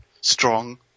Strong